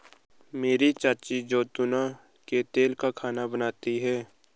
मेरी चाची जैतून के तेल में खाना बनाती है